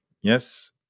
yes